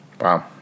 Wow